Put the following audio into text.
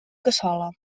cassola